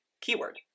keyword